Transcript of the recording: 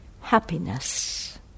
happiness